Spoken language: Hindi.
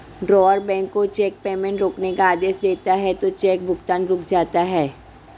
ड्रॉअर बैंक को चेक पेमेंट रोकने का आदेश देता है तो चेक भुगतान रुक जाता है